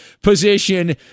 position